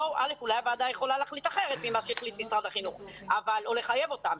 אולי הוועדה יכולה להחליט אחרת ממה שהחליט משרד החינוך או לחייב אותם.